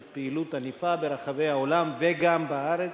זאת פעילות ענפה ברחבי העולם וגם בארץ.